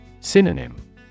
Synonym